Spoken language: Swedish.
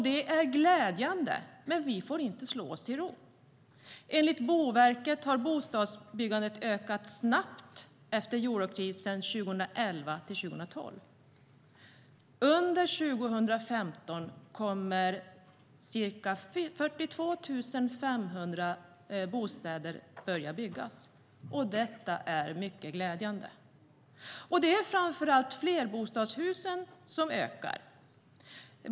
Det är glädjande, men vi får inte slå oss till ro. Enligt Boverket har bostadsbyggandet ökat snabbt efter eurokrisen 2011-2012. Under 2015 kommer ca 42 500 bostäder att börja byggas. Detta är mycket glädjande. Det är framför allt flerbostadshusen som ökar.